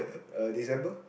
uh December